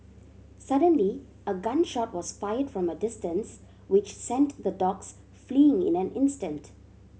suddenly a gun shot was fired from a distance which sent the dogs fleeing in an instant